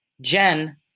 Jen